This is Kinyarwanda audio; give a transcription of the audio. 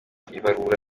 ibarura